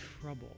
trouble